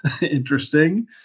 Interesting